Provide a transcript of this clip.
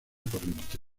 corriente